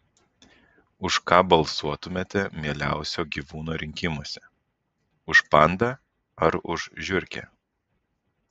už ką balsuotumėte mieliausio gyvūno rinkimuose už pandą ar už žiurkę